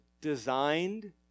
designed